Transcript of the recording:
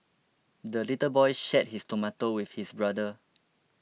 the little boy shared his tomato with his brother